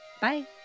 Bye